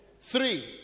three